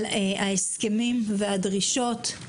על ההסכמים והדרישות.